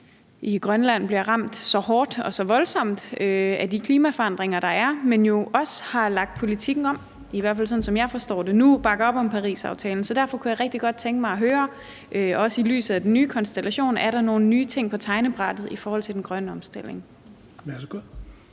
i Grønland bliver ramt så hårdt og så voldsomt af de klimaforandringer, der er, men jo også har lagt politikken om, i hvert fald sådan, som jeg forstår det nu, og bakker op om Parisaftalen. Så derfor kunne jeg rigtig godt tænke mig at høre, også set i lyset af den nye konstellation: Er der nogle nye ting på tegnebrættet i forhold til den grønne omstilling?